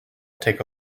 take